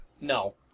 No